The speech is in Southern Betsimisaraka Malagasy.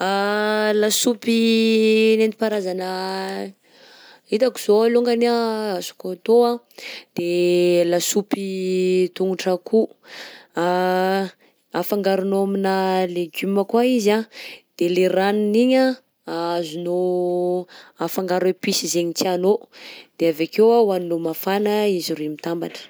Lasopy nenti-paharazana hitako zao alongany azoko atao anh de lasopy tongotra akoho, anfagaronao aminà legioma koa izy anh de lay ranony igny anh azonao afangaro episy zaigny tianao de avy akeo hohaninao mafana izy roy mitambatra.